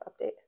update